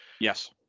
yes